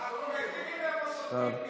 אנחנו מבינים איפה סותמים פיות.